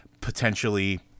potentially